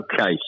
Okay